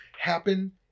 happen